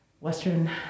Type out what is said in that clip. Western